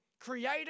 created